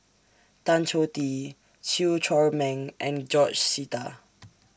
Tan Choh Tee Chew Chor Meng and George Sita